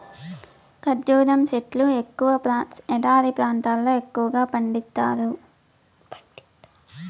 ఖర్జూరం సెట్లు ఎడారి ప్రాంతాల్లో ఎక్కువగా పండిత్తారు